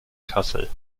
kassel